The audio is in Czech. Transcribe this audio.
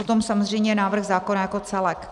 Potom samozřejmě návrh zákona jako celek.